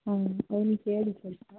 ಹಾಂ ಅವನಿಗೆ ಹೇಳಿ ಸ್ವಲ್ಪ